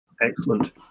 Excellent